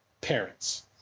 parents